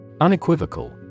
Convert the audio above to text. Unequivocal